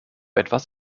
etwas